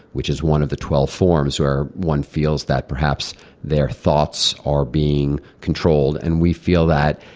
which is one of the twelve forms where one feels that perhaps their thoughts are being controlled. and we feel that,